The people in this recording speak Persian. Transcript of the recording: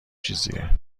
چیزیه